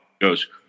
goes